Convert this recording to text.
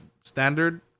standard